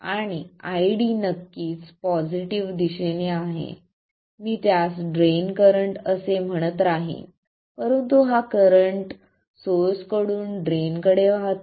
आणि ID नक्कीच positive दिशेने आहे मी त्यास ड्रेन करंट असे म्हणत राहीन परंतु हा करंट सोर्स कडून ड्रेन कडे वाहतो